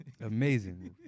Amazing